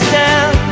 down